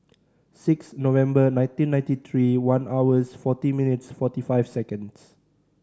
six November nineteen ninety three one hours forty minutes forty five seconds